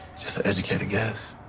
just an educated guess